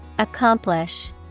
Accomplish